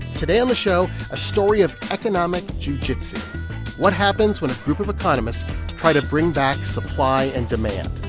today on the show, a story of economic jujitsu what happens when a group of economists try to bring back supply and demand,